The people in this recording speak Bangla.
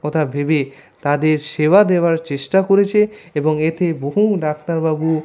কথা ভেবে তাদের সেবা দেওয়ার চেষ্টা করেছে এবং এতে বহু ডাক্তারবাবু